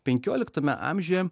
penkioliktame amžiuje